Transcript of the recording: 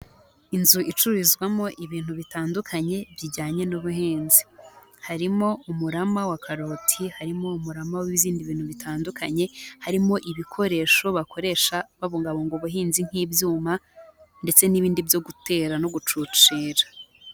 Inzu icururizwamo ibintu bitandukanye bijyanye n'ubuhinzi, harimo umurama wa karoti, harimo umurama w'ibindi bintu bitandukanye, harimo ibikoresho bakoresha babungabunga ubuhinzi nk'ibyuma ndetse n'ibindi byo gutera no gucucira.